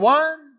one